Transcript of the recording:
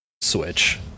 Switch